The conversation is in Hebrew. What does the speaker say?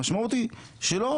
המשמעות היא שנכון,